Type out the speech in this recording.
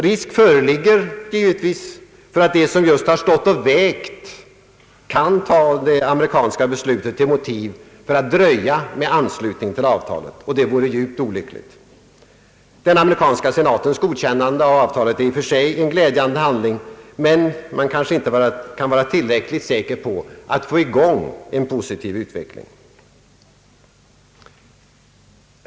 Risk föreligger givetvis för att de som har stått och vägt kan ta det amerikanska beslutet som motiv för att dröja med anslutning till avtalet. Det vore mycket olyckligt. Den amerikanska senatens godkännande av avtalet är i och för sig en glädjande handling, men blir kanske inte tillräckligt för att få i gång en positiv utveckling.